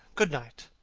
good-night!